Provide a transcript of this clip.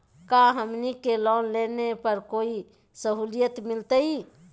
का हमनी के लोन लेने पर कोई साहुलियत मिलतइ?